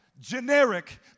generic